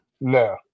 no